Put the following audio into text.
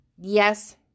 Yes